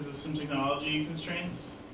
some technology constraints?